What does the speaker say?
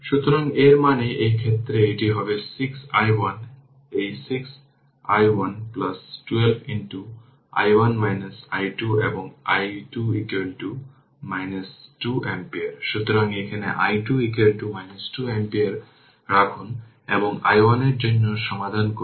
সুতরাং শুধুমাত্র এই কারণে এর পরে অধ্যয়ন করা হবে যে প্রথম অর্ডার সার্কিট কারণ ক্যাপাসিটর ইন্ডাক্টর কে একটি AC সার্কিট শিখতে হবে